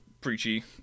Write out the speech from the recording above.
preachy